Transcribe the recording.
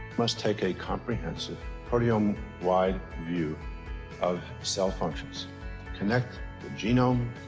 must take a comprehensive proteome wide view of cell functions connect the genome,